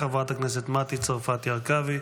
חברת הכנסת מטי צרפתי הרכבי.